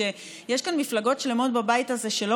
ויש כאן מפלגות שלמות בבית הזה שלא